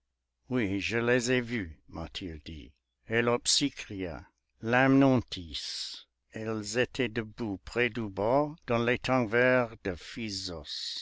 oui je les ai vues m'a-t-il dit helopsychria limnanthis elles étaient debout près du bord dans l'étang vert de